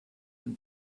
than